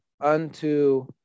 unto